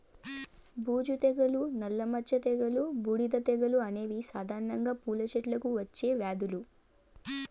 బూజు తెగులు, నల్ల మచ్చ తెగులు, బూడిద తెగులు అనేవి సాధారణంగా పూల చెట్లకు వచ్చే వ్యాధులు